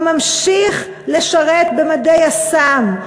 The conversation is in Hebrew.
הוא ממשיך לשרת במדי יס"מ.